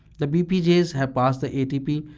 the bpjs have passed the atp.